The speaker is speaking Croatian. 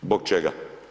Zbog čega?